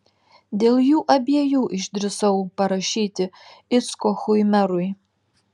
dėl jų abiejų išdrįsau parašyti icchokui merui